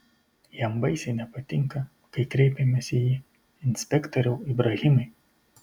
jam baisiai nepatinka kai kreipiamės į jį inspektoriau ibrahimai